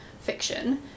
fiction